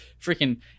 freaking